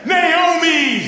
Naomi